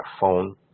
phone